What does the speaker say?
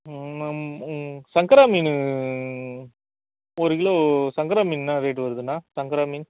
ம் ஆமா ம் சங்கரா மீன் ஒரு கிலோ சங்கரா மீன் என்ன ரேட்டு வருதுண்ணா சங்கரா மீன்